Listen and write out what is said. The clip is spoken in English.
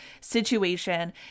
situation